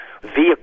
vehicle